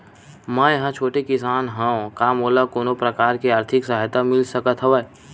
मै ह छोटे किसान हंव का मोला कोनो प्रकार के आर्थिक सहायता मिल सकत हवय?